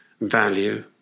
value